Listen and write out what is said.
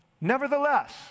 nevertheless